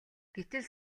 гэтэл